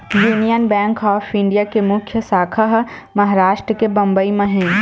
union bank of India के मुख्य साखा ह महारास्ट के बंबई म हे